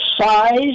size